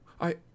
I